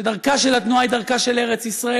שדרכה של התנועה היא דרכה של ארץ ישראל,